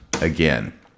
again